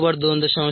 303kd 2